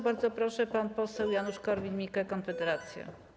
Bardzo proszę, pan poseł Janusz Korwin-Mikke, Konfederacja.